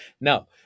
Now